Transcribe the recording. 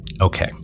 Okay